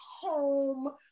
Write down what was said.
home